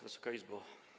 Wysoka Izbo!